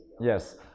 Yes